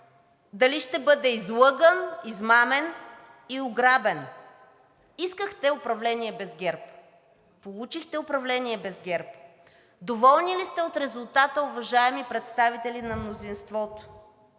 дали ще бъде излъган, измамен и ограбен. Искахте управление без ГЕРБ. Получихте управление без ГЕРБ. Доволни ли сте от резултата, уважаеми представители на мнозинството?